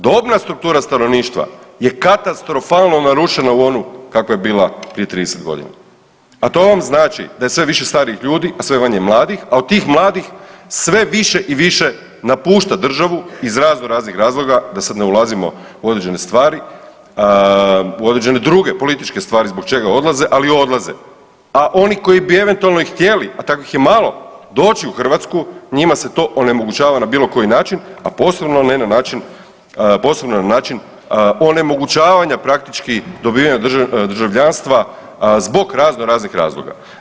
Dobna struktura stanovništva je katastrofalno narušena u onu kakva je bila prije 30.g., a to vam znači da je sve više starijih ljudi, a sve manje mladih, a od tih mladih sve više i više napušta državu iz razno raznih razloga da sad ne ulazimo u određene stvari, u određene druge političke stvari zbog čega odlaze, ali odlaze, a oni koji bi eventualno i htjeli, a takvih je malo, doći u Hrvatsku, njima se to onemogućava na bilo koji način, a posebno ne na način, posebno na način onemogućavanja praktički dobijanja državljanstva zbog razno raznih razloga.